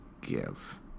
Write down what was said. give